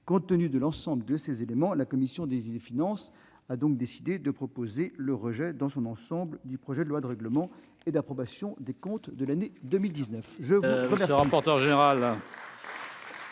Compte tenu de l'ensemble de ces éléments, la commission des finances a décidé de proposer le rejet dans son ensemble du projet de loi de règlement et d'approbation des comptes de l'année 2019.